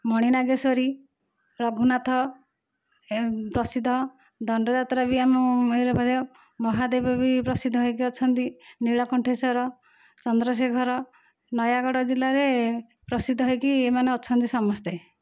ମଣି ନାଗେଶ୍ଵରି ରଘୁନାଥ ପ୍ରସିଦ୍ଧ ଦଣ୍ଡଯାତ୍ରା ବି ଆମ ମହାଦେବ ବି ପ୍ରସିଦ୍ଧ ହୋଇକି ଅଛନ୍ତି ନୀଳକଣ୍ଠେଶ୍ଵର ଚନ୍ଦ୍ରଶେଖର ନୟାଗଡ଼ ଜିଲ୍ଲାରେ ପ୍ରସିଦ୍ଧ ହୋଇକି ଏଇମାନେ ଅଛନ୍ତି ସମସ୍ତେ